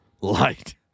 light